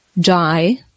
die